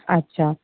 اچھا